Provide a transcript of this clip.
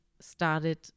started